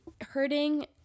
hurting